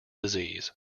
disease